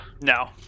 No